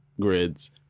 grids